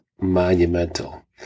monumental